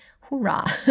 hurrah